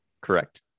Correct